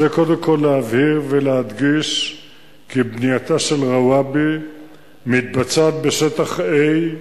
צריך קודם כול להבהיר ולהדגיש כי בנייתה של רוואבי מתבצעת בשטח A,